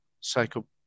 psycho